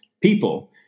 people